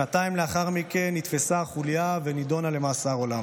שנתיים לאחר מכן נתפסה החוליה ונידונה למאסר עולם.